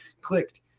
clicked